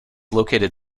located